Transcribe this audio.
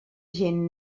gent